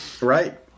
Right